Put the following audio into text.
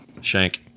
Shank